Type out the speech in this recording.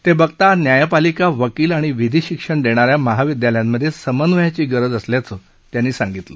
ते बघता न्यायपालिका वकील आणि विधी शिक्षण देणाऱ्या महाविद्यालयात समन्वयाची गरज असल्याचं त्यांनी सांगितलं